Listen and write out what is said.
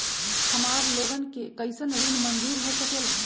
हमार लोगन के कइसन ऋण मंजूर हो सकेला?